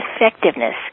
effectiveness